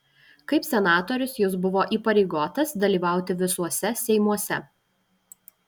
kaip senatorius jis buvo įpareigotas dalyvauti visuose seimuose